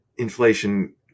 inflation